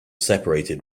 separated